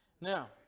Now